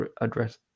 address